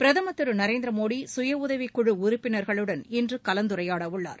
பிரதமர் திரு நரேந்திரமோடி சுயஉதவிக்குழு உறுப்பினர்களுடன் இன்று கலந்துரையாடவுள்ளார்